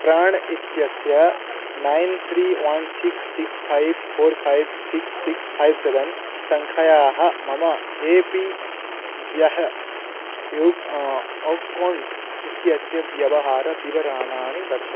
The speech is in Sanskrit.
प्राण् इत्यस्य nine three one six six five four five six six five seven सङ्ख्यायाः मम ए पी व्यः युक्तः अक्कौण्ट् इत्यस्य व्यवहारः विवराणानि दर्शय